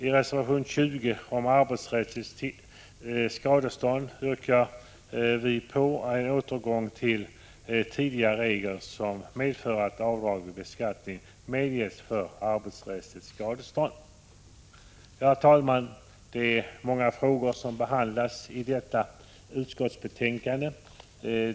I reservation 20 om arbetsrättsligt skadestånd yrkar vi på en återgång till tidigare regler, som medför att avdrag vid beskattningen medges för arbetsrättsligt skadestånd. Herr talman! Det är många frågor som behandlas i detta utskottsbetänkande.